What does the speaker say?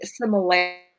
similarities